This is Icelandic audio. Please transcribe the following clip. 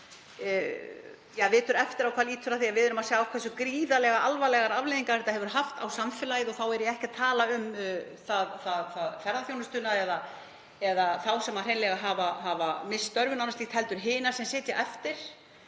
Ja, vitur eftir á hvað lýtur að því að við erum að sjá hversu gríðarlega alvarlegar afleiðingar þetta hefur haft á samfélagið og þá er ég ekki að tala um ferðaþjónustuna eða þá sem hreinlega hafa misst störfin og annað slíkt heldur hina sem sitja eftir